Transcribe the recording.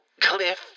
Cliff